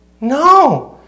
No